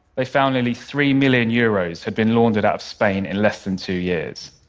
they found nearly three million euros had been laundered out of spain in less than two years,